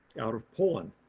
out of poland.